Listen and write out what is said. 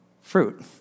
fruit